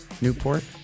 Newport